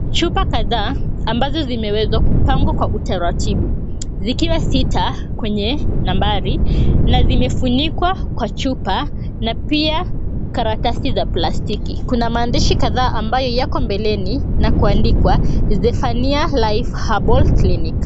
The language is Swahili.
Chupa kadhaa, ambazo zimewezwa kupangwa kwa utaratibu, zikiwa sita kwenye nambari, na zimefunikwa kwa chupa na pia karatasi za plastiki. Kuna maandishi kadhaa ambayo yako mbeleni, na kuandikwa, Zephaniah Life Herbal Clinic.